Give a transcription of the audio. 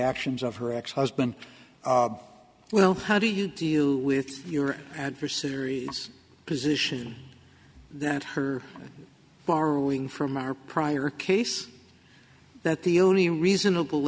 actions of her ex husband well how do you deal with your adversaries position that her borrowing from our prior case that the only reasonable